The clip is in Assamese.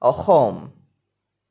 অসম